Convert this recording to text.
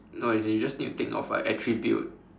no you just you just need to take note of a attribute